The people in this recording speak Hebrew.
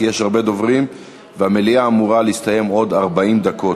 כי יש הרבה דוברים והמליאה אמורה להסתיים בעוד 40 דקות.